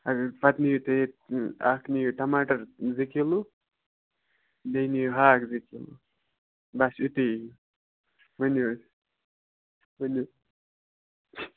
اَگر پَتہٕ نِیِو تُہۍ ییٚتہِ اَکھ نِیِو ٹماٹر زٕ کِلوٗ بیٚیہِ نِیِو ہاکھ زٕ کِلوٗ بَس یُتُے یی ؤنِو حظ ؤنِو